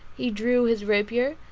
he drew his rapier,